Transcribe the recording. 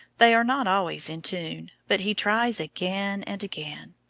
they are not always in tune, but he tries again and again.